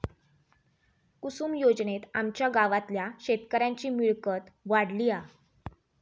कुसूम योजनेत आमच्या गावातल्या शेतकऱ्यांची मिळकत वाढली हा